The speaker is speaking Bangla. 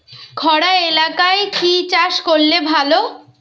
খরা এলাকায় কি চাষ করলে ভালো?